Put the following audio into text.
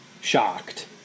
shocked